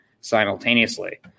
simultaneously